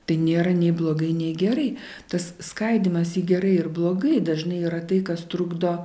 tai nėra nei blogai nei gerai tas skaidymas į gerai ir blogai dažnai yra tai kas trukdo